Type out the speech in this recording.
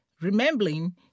Remembering